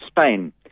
Spain